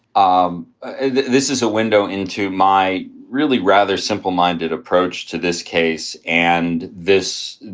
um ah this is a window into my really rather simple minded approach to this case. and this,